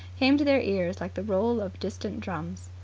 came to their ears like the roll of distant drums.